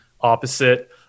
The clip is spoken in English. opposite